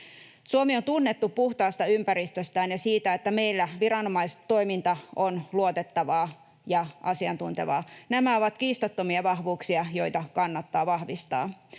Suomi on tunnettu puhtaasta ympäristöstään ja siitä, että meillä viranomaistoiminta on luotettavaa ja asiantuntevaa. Nämä ovat kiistattomia vahvuuksia, joita kannattaa vahvistaa.